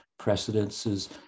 precedences